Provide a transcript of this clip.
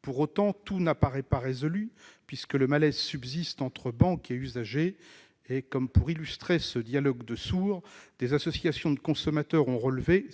Pour autant, tout n'apparaît pas résolu, puisque le malaise subsiste entre banques et usagers. Comme pour illustrer ce dialogue de sourds, des associations de consommateurs ont relevé